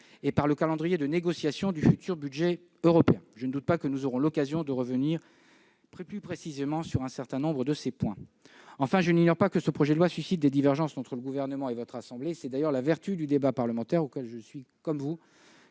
et par le calendrier de négociation du futur budget européen. Je ne doute pas que nous aurons l'occasion de revenir plus précisément sur un certain nombre de ces points. Enfin, je n'ignore pas que ce projet de loi suscite des divergences entre le Gouvernement et votre assemblée. C'est d'ailleurs la vertu du débat parlementaire, auquel je suis, comme vous,